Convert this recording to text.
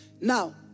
now